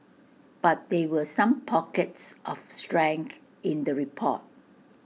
but they were some pockets of strength in the report